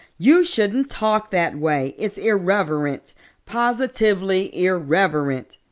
you shouldn't talk that way. it's irreverent positively irreverent.